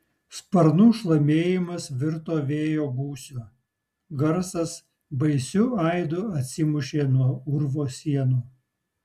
sparnų šlamėjimas virto vėjo gūsiu garsas baisiu aidu atsimušė nuo urvo sienų